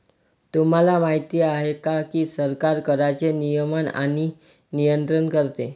तुम्हाला माहिती आहे का की सरकार कराचे नियमन आणि नियंत्रण करते